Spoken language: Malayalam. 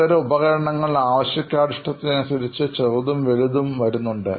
ഇത്തരം ഉപകരണങ്ങൾ ആവശ്യക്കാരുടെ ഇഷ്ടത്തിനനുസരിച്ച് ചെറുതും വലുതും ഇറങ്ങുന്നുണ്ട്